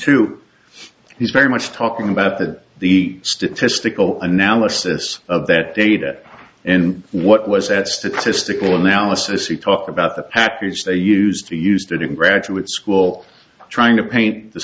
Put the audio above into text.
two he's very much talking about that the statistical analysis of that data and what was that statistical analysis he talked about the papyrus they used to use that in graduate school trying to paint the